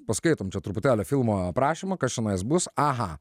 paskaitom čia truputėlį filmo aprašymą kas čionais bus aha